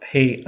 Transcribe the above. Hey